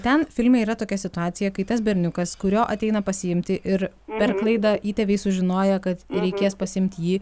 ten filme yra tokia situacija kai tas berniukas kurio ateina pasiimti ir per klaidą įtėviai sužinoję kad reikės pasiimti jį